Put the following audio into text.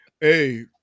Hey